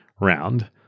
round